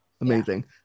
amazing